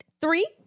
three